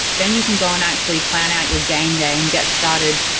then you can go and actually plan out your game day and get started.